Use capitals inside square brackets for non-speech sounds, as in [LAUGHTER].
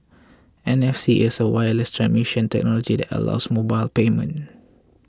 [NOISE] N F C is a wireless transmission technology that allows mobile payment